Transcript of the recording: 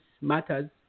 matters